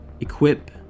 equip